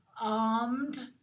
armed